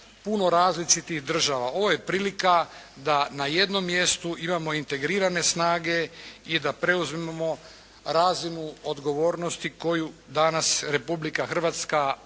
puno različitih država. Ovo je prilika da na jednom mjestu imamo integrirane snage i da preuzmemo razinu odgovornosti koju danas Republika Hrvatska